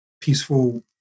peaceful